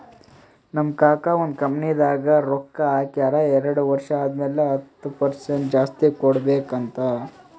ನಮ್ ಕಾಕಾ ಒಂದ್ ಕಂಪನಿದಾಗ್ ರೊಕ್ಕಾ ಹಾಕ್ಯಾರ್ ಎರಡು ವರ್ಷ ಆದಮ್ಯಾಲ ಹತ್ತ್ ಪರ್ಸೆಂಟ್ ಜಾಸ್ತಿ ಕೊಡ್ಬೇಕ್ ಅಂತ್